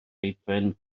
peipen